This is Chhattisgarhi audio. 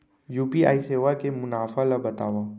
यू.पी.आई सेवा के मुनाफा ल बतावव?